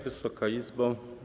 Wysoka Izbo!